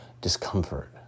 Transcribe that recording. discomfort